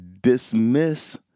dismiss